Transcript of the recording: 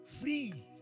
Free